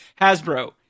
Hasbro